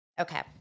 Okay